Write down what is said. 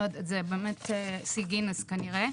זה באמת שיא גינס כנראה.